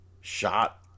shot